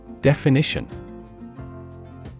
Definition